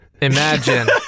imagine